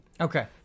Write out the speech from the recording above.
Okay